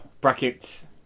brackets